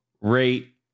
rate